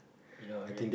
you know